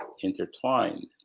intertwined